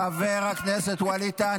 חבר הכנסת ווליד טאהא.